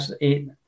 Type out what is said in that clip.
eight